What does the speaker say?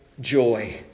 joy